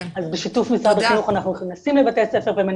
אז בשיתוף משרד החינוך אנחנו מנסים להסביר,